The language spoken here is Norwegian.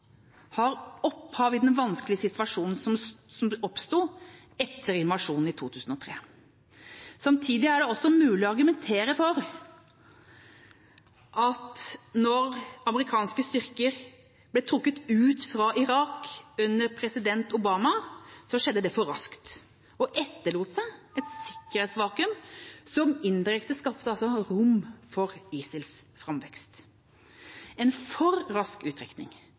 har opphav i den vanskelige situasjonen som oppsto etter invasjonen i 2003. Samtidig er det også mulig å argumentere for at da amerikanske styrker ble trukket ut fra Irak under president Obama, skjedde det for raskt og etterlot seg et sikkerhetsvakuum som indirekte skapte rom for ISILs framvekst. En for rask uttrekning